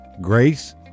Grace